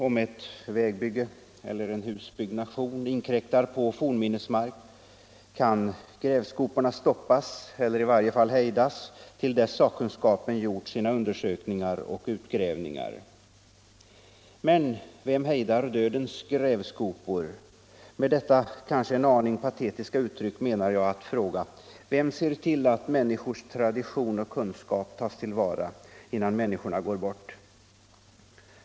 Om ett vägbygge eller en husbyggnation inkräktar på fornminnesmark, kan grävskoporna stoppas eller i varje fall hejdas, till dess sakkunskapen gjort sina undersökningar och utgrävningar. Men vem hejdar dödens grävskopor? Med detta kanske en aning patetiska uttryck menar jag att fråga: Vem ser till att människors tradition och kunskap tas till vara, innan människorna går bort?